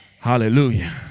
Hallelujah